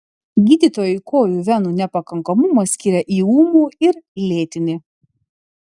gydytojai kojų venų nepakankamumą skiria į ūmų ir lėtinį